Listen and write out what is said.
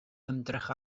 ymdrech